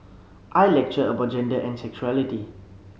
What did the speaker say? I lecture about gender and sexuality